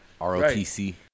ROTC